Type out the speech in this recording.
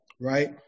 right